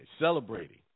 celebrating